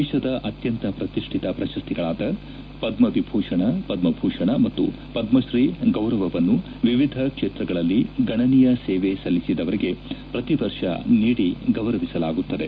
ದೇಶದ ಅತ್ಯಂತ ಪ್ರತಿಷ್ಠಿತ ಪ್ರಶಸ್ತಿಗಳಾದ ಪದ್ಮವಿಭೂಷಣ ಪದ್ಮ ಭೂಷಣ ಮತ್ತು ಪದ್ಮಶ್ರೀ ಗೌರವವನ್ನು ವಿವಿಧ ಕ್ಷೇತ್ರಗಳಲ್ಲಿ ಗಣನೀಯ ಸೇವೆ ಸಲ್ಲಿಸಿದವರಿಗೆ ಪ್ರತೀ ವರ್ಷ ನೀಡಿ ಗೌರವಿಸಲಾಗುತ್ತದೆ